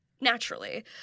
naturally